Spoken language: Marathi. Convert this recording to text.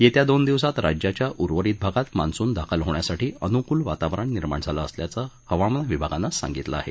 येत्या दोन दिवसात राज्याच्या उर्वरित भागात मान्सून दाखल होण्यासाठी अनुकूल वातावरण निर्माण झालं असल्याचं हवामान विभागानं सांगितलं आहे